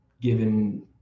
given